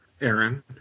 Aaron